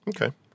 Okay